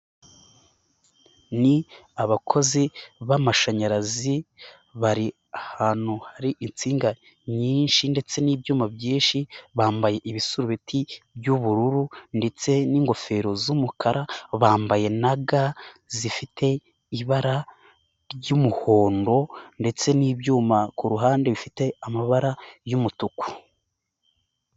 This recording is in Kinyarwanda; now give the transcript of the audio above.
Ni abakozi b'amashanyarazi bari ahantu hari insinga nyinshi ndetse n'ibyuma byinshi, bambaye ibisubeti by'ubururu ndetse n'ingofero z'umukara, bambaye na ga zifite ibara ry'umuhondo ndetse n'ibyuma ku ruhande bifite amabara y'umutuku.